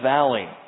Valley